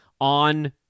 on